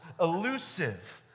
elusive